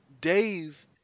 Dave